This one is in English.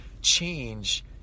Change